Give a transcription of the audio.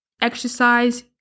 exercise